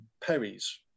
Perry's